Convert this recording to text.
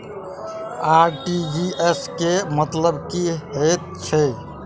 RTGS केँ मतलब की हएत छै?